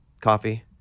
coffee